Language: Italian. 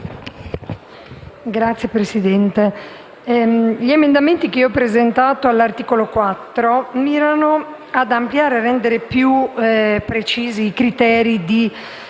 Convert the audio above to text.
Signora Presidente, gli emendamenti che ho presentato all'articolo 4 mirano ad ampliare e rendere più precisi i criteri di